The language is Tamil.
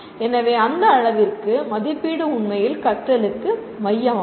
எனவே அந்த அளவிற்கு மதிப்பீடு உண்மையில் கற்றலுக்கு மையமானது